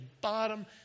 bottom